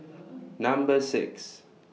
Number six